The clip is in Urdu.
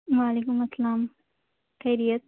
وعلیم السّلام خیریت